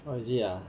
oh is it ah